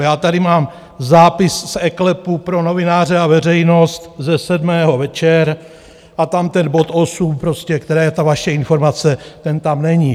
Já tady mám zápis z eKLEPu pro novináře a veřejnost ze sedmého večer a tam ten bod 8 prostě, které, ta vaše informace, ten tam není.